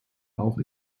auch